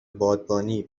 بادبانی